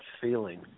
feeling